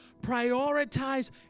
prioritize